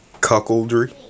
cuckoldry